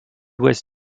ouest